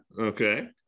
Okay